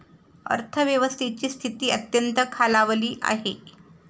अर्थव्यवस्थेची स्थिती अत्यंत खालावली आहे